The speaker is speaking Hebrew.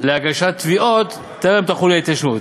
תביעות בטרם תחול ההתיישנות.